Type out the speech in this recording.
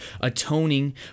atoning